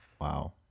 Wow